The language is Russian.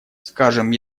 скажем